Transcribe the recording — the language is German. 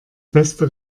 beste